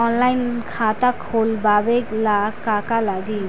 Online खाता खोलबाबे ला का का लागि?